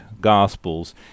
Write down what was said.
Gospels